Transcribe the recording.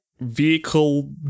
vehicle